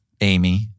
Amy